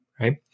right